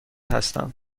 هستم